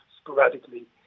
sporadically